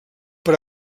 per